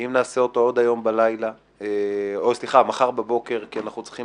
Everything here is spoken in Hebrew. אם נעשה אותו מחר בבוקר כי אנחנו צריכים